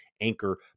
Anchor